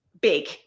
big